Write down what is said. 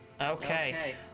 Okay